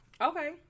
Okay